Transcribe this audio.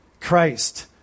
Christ